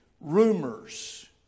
rumors